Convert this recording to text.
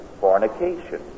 fornication